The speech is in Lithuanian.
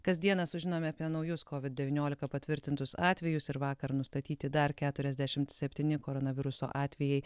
kas dieną sužinome apie naujus covid devyniolika patvirtintus atvejus ir vakar nustatyti dar keturiasdešimt septyni koronaviruso atvejai